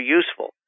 useful